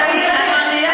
אם תישארי קצת במליאה,